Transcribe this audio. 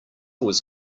was